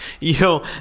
yo